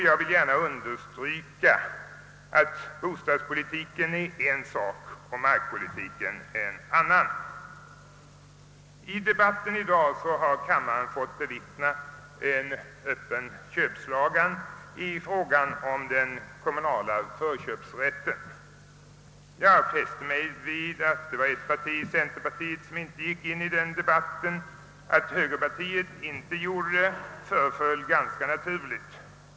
Jag vill gärna understryka att bostadspolitiken är en sak och markpolitiken en annan. I debatten i dag har kammaren fått bevittna en köpslagan i fråga om den kommunala förköpsrätten. Jag fäste mig vid att det var ett parti — centerpartiet — som inte gav sig in i den debatten; att högerpartiet inte gjorde det föreföll ganska naturligt.